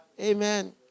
Amen